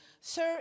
sir